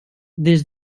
des